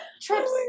trips